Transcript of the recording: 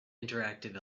interactive